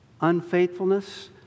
unfaithfulness